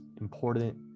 important